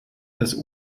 des